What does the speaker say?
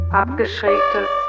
abgeschrägtes